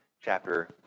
chapter